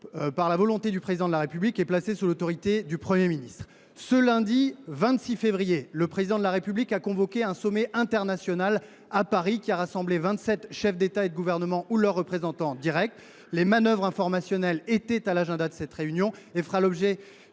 par la volonté du Président de la République, et placé sous l’autorité du Premier ministre. Ce lundi 26 février, à Paris, Emmanuel Macron a convoqué un sommet international, qui a rassemblé vingt sept chefs d’État et de gouvernement ou leurs représentants directs. Les manœuvres informationnelles étaient à l’agenda de cette conférence et feront l’objet